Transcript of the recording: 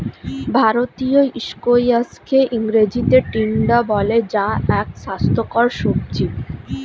ভারতীয় স্কোয়াশকে ইংরেজিতে টিন্ডা বলে যা এক স্বাস্থ্যকর সবজি